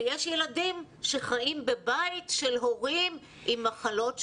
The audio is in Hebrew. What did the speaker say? ויש ילדים שחיים בבית של הורים עם מחלות,